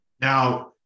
Now